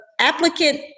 Applicant